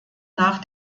nach